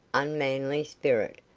unmanly spirit,